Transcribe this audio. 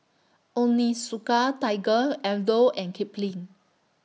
Onitsuka Tiger Aldo and Kipling